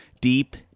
deep